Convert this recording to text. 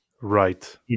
Right